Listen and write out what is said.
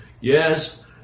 yes